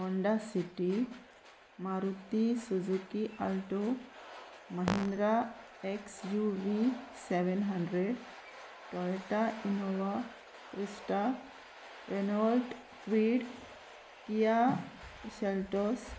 Honda City Maruti Suzuki Alto Mahindra X U V seven hundred Toyota Innova Crysta Renault Kwid Kia Seltos